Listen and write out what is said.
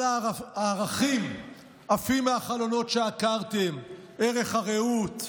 כל הערכים עפים מהחלונות שעקרתם: ערך הרעות,